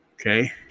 Okay